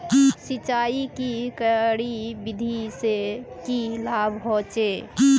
सिंचाईर की क्यारी विधि से की लाभ होचे?